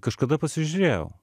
kažkada pasižiūrėjau